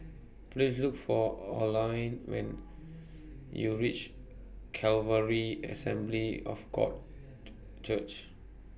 Please Look For Alline YOU REACH Calvary Assembly of God Church